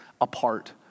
apart